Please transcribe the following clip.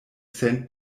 cent